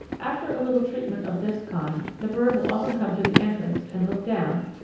after a little treatment of this kind the bird will often come to the entrance and look down,